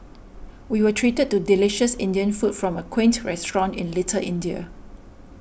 we were treated to delicious Indian food from a quaint restaurant in Little India